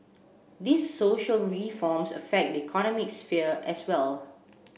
these social reforms affect the economic sphere as well